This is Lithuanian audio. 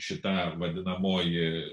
šita vadinamoji